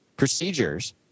procedures